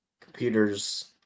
computers